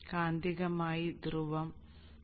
കാന്തികമായി ധ്രുവം 0 പൊട്ടൻഷ്യലിലാണ്